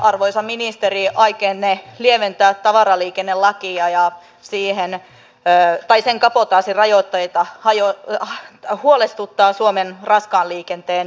arvoisa ministeri aikeenne lieventää tavaraliikennelakia ja sen kabotaasin rajoitteita huolestuttaa suomen raskaan liikenteen yrittäjiä